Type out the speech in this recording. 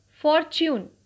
Fortune